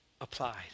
applied